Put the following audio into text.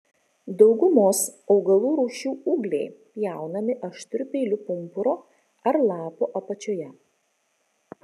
daugumos augalų rūšių ūgliai pjaunami aštriu peiliu pumpuro ar lapo apačioje